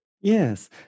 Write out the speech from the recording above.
yes